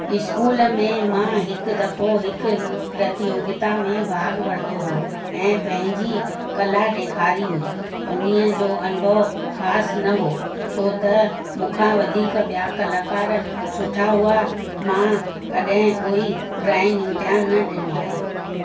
school में मां हिकु दफ़ो हिकु प्रतियोगिता में भाग वरितो हुओ ऐं पंहिंजी कला ॾेखारी हुई उन जो अनुभव ख़ासि न हुओ छो त मूंखां वधीक ॿिया कलाकार सुठा हुआ मां कॾहिं कोई ड्रॉइंग इम्तिहान न ॾिनो आहे